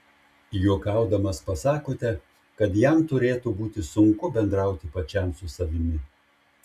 juokaudamas pasakote kad jam turėtų būti sunku bendrauti pačiam su savimi